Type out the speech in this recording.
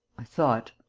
i thought.